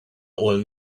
old